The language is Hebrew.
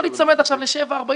לא להיצמד עכשיו לשבעה קילומטרים